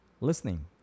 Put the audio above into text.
listening